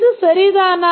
இது சரியானதா